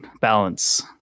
balance